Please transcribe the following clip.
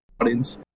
audience